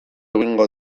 egingo